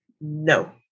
no